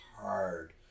hard